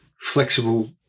flexible